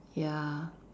ya